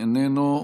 איננו,